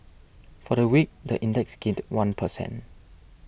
for the week the index gained one per cent